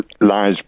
lies